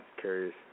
curious